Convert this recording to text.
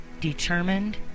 determined